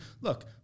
look